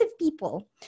people